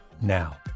now